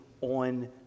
on